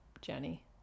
Jenny